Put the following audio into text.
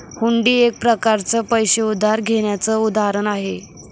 हुंडी एक प्रकारच पैसे उधार घेण्याचं उदाहरण आहे